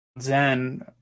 Zen